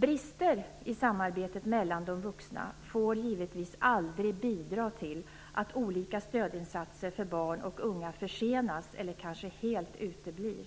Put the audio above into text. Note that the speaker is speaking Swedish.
Brister i samarbetet mellan de vuxna får givetvis aldrig bidra till att olika stödinsatser för barn och unga försenas eller kanske helt uteblir.